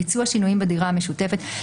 ביצוע שינויים בדירה המשותפת,